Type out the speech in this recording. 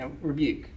rebuke